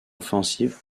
offensive